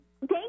Thank